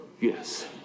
Yes